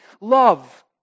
Love